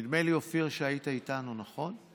נדמה לי, אופיר שהיית איתנו, נכון?